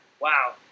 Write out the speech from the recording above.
Wow